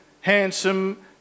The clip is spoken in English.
handsome